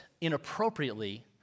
inappropriately